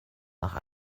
nach